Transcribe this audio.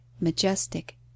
majestic